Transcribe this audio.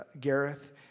Gareth